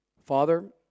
Father